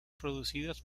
producidas